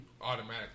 automatically